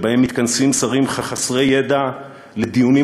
שבהם מתכנסים שרים חסרי ידע לדיונים